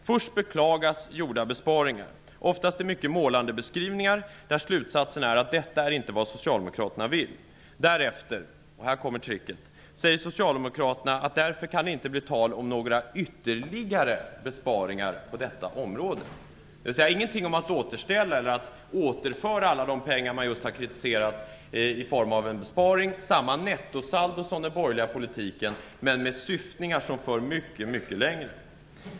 Först beklagas gjorda besparingar, oftast i mycket målande beskrivningar, där slutsatsen är att detta inte är vad socialdemokraterna vill. Därefter - och här kommer tricket - säger socialdemokraterna att det därför inte kan bli tal om några ytterligare besparingar på detta område. Det sägs alltså ingenting om att återföra alla de pengar i form av besparingar som man just har kritiserat. Man får samma nettosaldo som den genom den borgerliga politiken men med syftningar som för mycket längre.